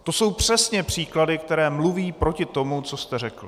To jsou přesně příklady, které mluví proti tomu, co jste řekl.